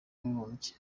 w’abibumbye